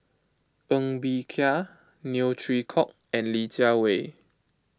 Ng Bee Kia Neo Chwee Kok and Li Jiawei